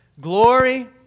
Glory